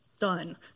Done